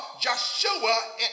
Joshua